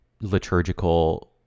liturgical